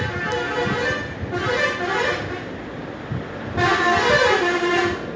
नेमानाइट कीटनाशक ढेरे जहरीला होला ऐसे ढेर इस्तमाल होखे पर खेत बंजर भी हो जाला